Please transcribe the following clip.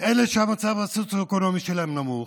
אלה שהמצב הסוציואקונומי שלהם נמוך,